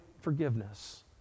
forgiveness